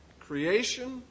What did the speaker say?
Creation